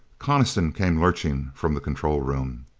coniston came lurching from the control room.